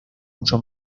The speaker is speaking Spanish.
mucho